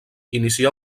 inicià